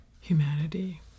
humanity